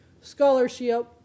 Scholarship